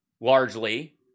largely